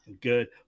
good